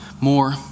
more